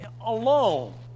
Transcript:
alone